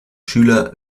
schüler